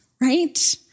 right